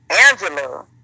Angela